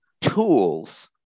tools